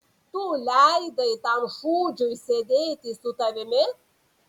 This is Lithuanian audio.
tu leidai tam šūdžiui sėdėti su tavimi